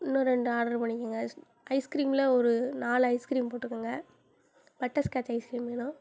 இன்னும் ரெண்டு ஆர்ட்ரு பண்ணிக்கங்க ஐஸ்கிரீமில் ஒரு நாலு ஐஸ்கிரீம் போட்டுக்கோங்க பட்டர்ஸ்காட்ச் ஐஸ்கிரீம் வேணும்